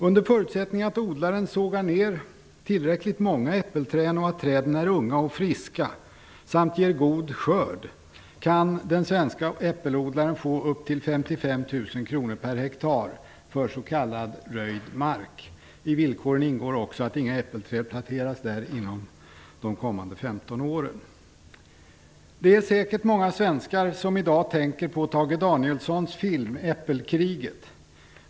Under förutsättning att odlaren sågar ner tillräckligt många äppelträd och att träden är unga och friska samt ger god skörd kan den svenska äppelodlaren få upp till 55 000 kr per hektar för s.k. röjd mark. I villkoren ingår också att inga äppelträd planteras där inom de kommande 15 åren. Det är säkert många svenskar som i dag tänker på Tage Danielssons film Äppelkriget.